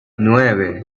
nueve